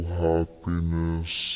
happiness